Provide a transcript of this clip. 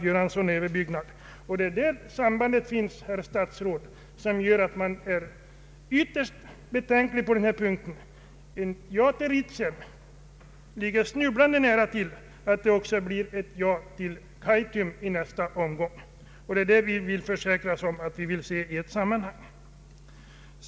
Där finns alltså ett samband, herr statsråd: Om man säger ja till Ritsem så ligger det snubblande nära att säga ja till Kaitum i nästa omgång. Vi vill därför få denna vattenregleringsfråga prövad i ett sammanhang.